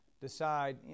decide